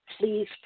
please